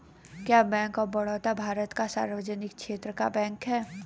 क्या bank of Baroda Bharat का सार्वजनिक क्षेत्र का बैंक है?